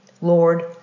Lord